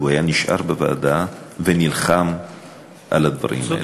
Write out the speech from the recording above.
וכי הוא היה נשאר בוועדה ונלחם על הדברים.